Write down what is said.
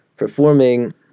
performing